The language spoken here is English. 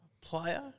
player